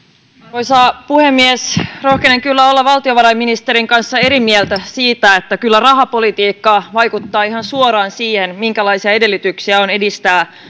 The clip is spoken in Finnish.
arvoisa puhemies rohkenen kyllä olla valtiovarainministerin kanssa eri mieltä niin että kyllä rahapolitiikka vaikuttaa ihan suoraan siihen minkälaisia edellytyksiä on edistää